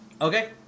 Okay